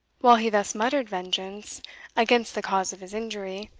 while he thus muttered vengeance against the cause of his injury,